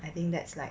I think that's like